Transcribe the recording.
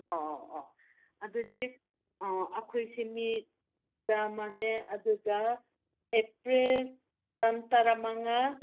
ꯑꯣ ꯑꯣ ꯑꯣ ꯑꯗꯨꯗꯤ ꯑꯩꯈꯣꯏꯁꯦ ꯃꯤ ꯆꯥꯃꯅꯦ ꯑꯗꯨꯒ ꯑꯦꯄ꯭ꯔꯤꯜ ꯇꯥꯡ ꯇꯔꯥꯃꯉꯥ